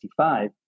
1965